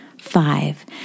Five